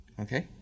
Okay